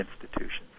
institutions